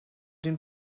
den